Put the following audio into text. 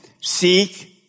Seek